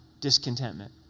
discontentment